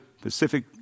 Pacific